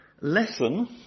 Lesson